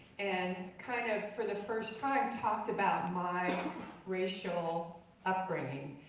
and kind of for the first time talked about my racial upbringing,